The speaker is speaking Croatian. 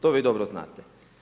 To vi dobro znate.